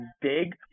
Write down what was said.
big